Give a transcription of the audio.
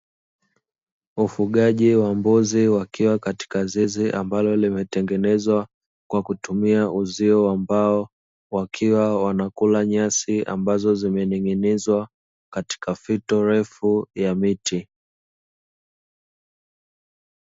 Ufugaji wa mbuzi wakiwa katika zizi ambalo limetengenezwa kwa kutumia uzio wa mbao wakiwa wanakula nyasi ambazo zimening'inizwa katika fito refu ya miti.